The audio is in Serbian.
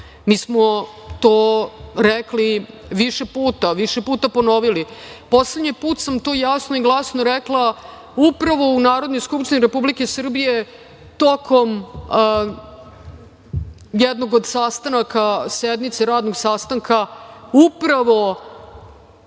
mi smo to rekli više puta, više puta ponovili. Poslednji put sam to jasno i glasno rekla upravo u Narodnoj skupštini Republike Srbije tokom jednog od sastanaka, sednice radnog sastanka upravo